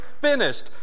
finished